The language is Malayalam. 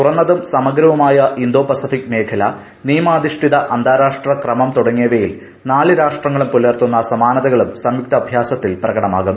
തുറന്നതും സമഗ്രവുമായ ഇന്തോ പസഫിക് മേഖല നിയമാധിഷ്ഠിത അന്താരാഷ്ട്ര ക്രമം തുടങ്ങിയവയിൽ നാലു രാഷ്ട്രങ്ങളും പുലർത്തുന്ന സമാനതകളും സംയുക്ത അഭ്യാസത്തിൽ പ്രകടമാകും